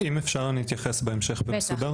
אם אפשר אני אתייחס לזה בהמשך במסודר.